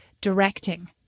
directing